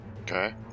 Okay